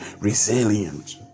resilient